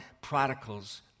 prodigals